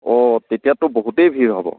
অঁ তেতিয়াতো বহুতেই ভিৰ হ'ব